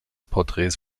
porträts